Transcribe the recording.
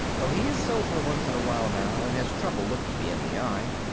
though he is sober once in a while now and has trouble looking me in the eye.